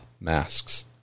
masks